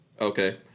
Okay